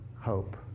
hope